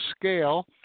scale